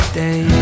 day